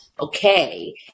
okay